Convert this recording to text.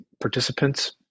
participants